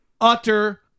utter